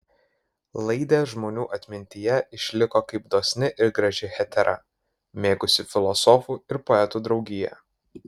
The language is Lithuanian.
laidė žmonių atmintyje išliko kaip dosni ir graži hetera mėgusi filosofų ir poetų draugiją